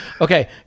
Okay